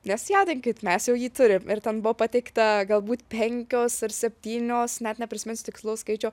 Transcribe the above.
nesijaudinkit mes jau jį turim ir ten buvo pateikta galbūt penkios ar septynios net neprisiminsiu tikslaus skaičio